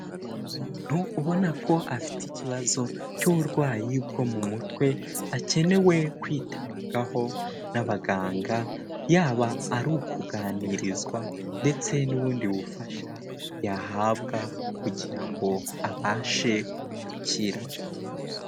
Umuntu ubona ko afite ikibazo cy'uburwayi bwo mu mutwe, akenewe kwitabwaho n'abaganga, yaba ari ukuganirizwa, ndetse n'ubundi bufasha yahabwa kugira ngo abashe gukira.